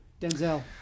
Denzel